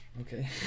Okay